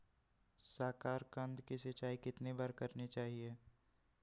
साकारकंद की सिंचाई कितनी बार करनी चाहिए?